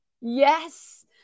Yes